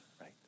right